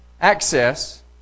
access